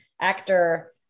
actor